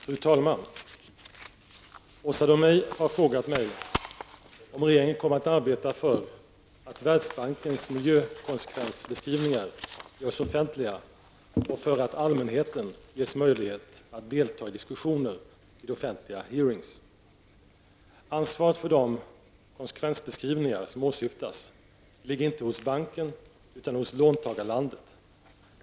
Fru talman! Åsa Domeij har frågat mig om regeringen kommer att arbeta för att Världsbankens miljökonsekvensbeskrivningar görs offentliga och för att allmänheten ges möjlighet att delta i diskussioner vid offentliga hearings. Ansvaret för de konsekvensbeskrivningar som åsyftas ligger inte hos banken utan hos låntagarlandet.